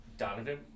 Donovan